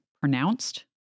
pronounced